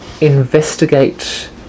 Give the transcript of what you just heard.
Investigate